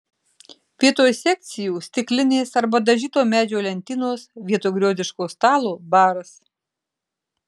vietoj sekcijų stiklinės arba dažyto medžio lentynos vietoj griozdiško stalo baras